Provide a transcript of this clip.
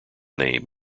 name